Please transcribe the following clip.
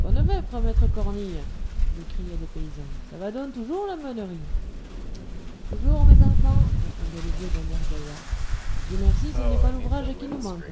bonnes vêpres maître cornille lui criaient les paysans ça va donc toujours la meunerie toujours mes enfants répondait le vieux d'un air gaillard dieu merci ce n'est pas l'ouvrage qui nous manque